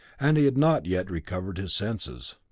and he had not yet recovered his senses.